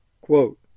Quote